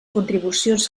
contribucions